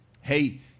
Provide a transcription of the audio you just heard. Hey